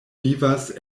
vivas